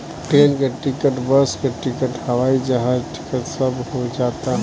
train के ticket, bus के ticket, हवाई जहाज टिकट सब हो जाता